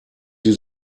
sie